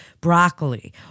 broccoli